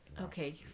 Okay